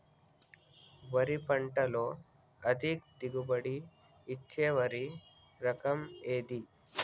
వరి పంట లో అధిక దిగుబడి ఇచ్చే వరి రకం ఏది?